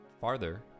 farther